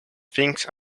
things